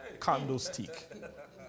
candlestick